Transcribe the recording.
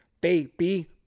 Baby